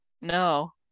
No